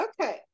okay